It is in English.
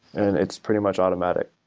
and it's pretty much automatic.